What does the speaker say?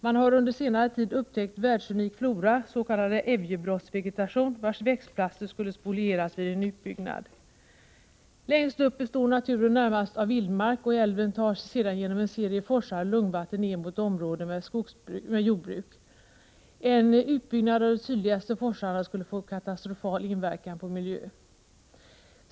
Man har under senare tid upptäckt en världsunik flora, s.k. Ävjebrottsvegetation, vars växtplatser skulle spolieras vid en utbyggnad. Högst upp består naturen närmast av vildmark, och älven tar sig sedan genom en serie forsar och lugnvatten ner mot områden med jordbruk. En utbyggnad av de sydligaste forsarna skulle få en katastrofal inverkan på miljön.